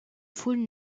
foule